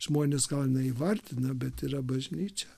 žmonės gal neįvardina bet yra bažnyčia